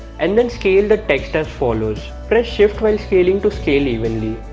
and then scale the text as follows press shift while scaling to scale evenly